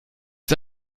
ist